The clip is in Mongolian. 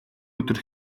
өдөр